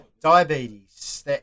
diabetes